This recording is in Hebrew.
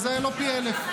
אז זה לא פי אלף.